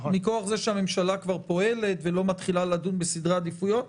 מכוח זה שהממשלה כבר פועלת ולא מתחילה לדון בסדרי עדיפויות,